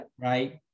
Right